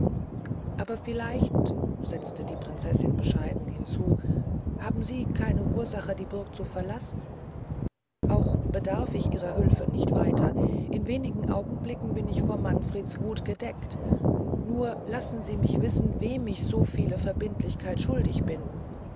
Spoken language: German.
aber vielleicht setzte die prinzessin bescheiden hinzu haben sie keine ursach die burg zu verlassen auch bedarf ich ihrer hülfe nicht weiter in wenig augenblicken bin ich vor manfreds wuth gedeckt nur lassen sie mich wissen wem ich so viele verbindlichkeit schuldig bin